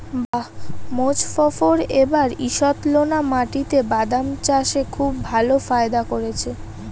বাঃ মোজফ্ফর এবার ঈষৎলোনা মাটিতে বাদাম চাষে খুব ভালো ফায়দা করেছে